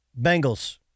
Bengals